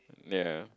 ya